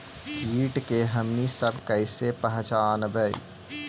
किट के हमनी सब कईसे पहचनबई?